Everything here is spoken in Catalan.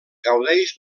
gaudeix